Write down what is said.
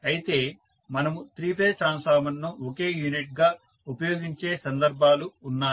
అయితే మనము three phase ట్రాన్స్ఫార్మర్ను ఒకే యూనిట్గా ఉపయోగించే సందర్భాలు ఉన్నాయి